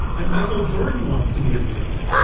and michael jordan wants to be in the game.